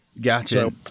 gotcha